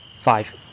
five